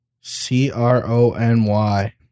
C-R-O-N-Y